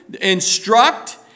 instruct